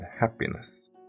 happiness